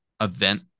event